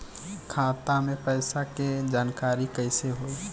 खाता मे पैसा के जानकारी कइसे होई?